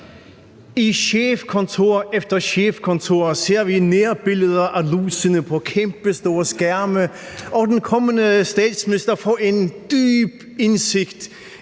På chefkontor efter chefkontor ser vi nærbilleder af lusene på kæmpestore skærme, og den kommende statsminister får en dyb indsigt